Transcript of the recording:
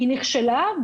היא נכשלה,